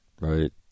right